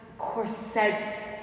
corsets